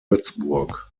würzburg